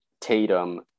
Tatum